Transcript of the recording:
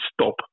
stop